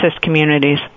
communities